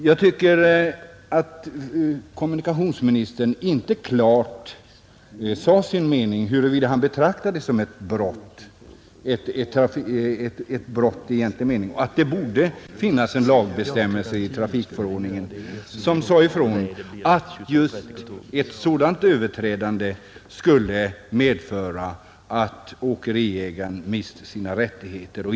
Jag tycker att kommunikationsministern inte klart har redovisat huruvida han betraktar detta som ett brott i egentlig mening. Det borde finnas bestämmelser i trafikförordningen som sade ifrån att en sådan överträdelse skall medföra att åkeriägaren mister sina rättigheter.